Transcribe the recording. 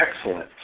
excellent